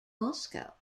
moscow